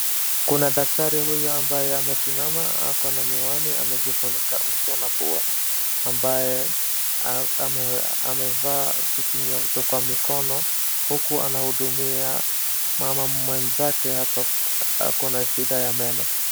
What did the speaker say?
Kuna daktari huyu ambaye amesimama ako na miwani, amejifunika uso na pua ambaye amevaa vitu nyeupe kwa mikono huku anahudumia mama mwenzake hapa ako na shida na meno.